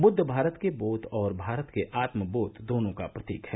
बुद्ध भारत के बोध और भारत के आत्म बोध दोनों का प्रतीक है